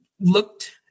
looked